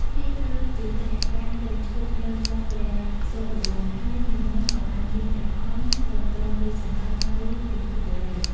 រាជគជេន្ទ្របានទៅឈប់នៅមុខព្រះសូរវង្ស ហើយនាម៉ឺនក៏បានយាងព្រះអង្គទៅគ្រងរាជ្យសម្បត្តិនៅគន្ធពបុរី ។